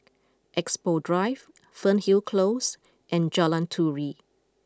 Expo Drive Fernhill Close and Jalan Turi